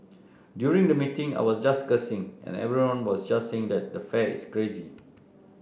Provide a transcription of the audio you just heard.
during the meeting I was just cursing and everyone was just saying that the fare is crazy